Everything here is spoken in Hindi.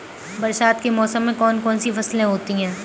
बरसात के मौसम में कौन कौन सी फसलें होती हैं?